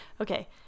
Okay